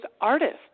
artists